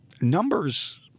Numbers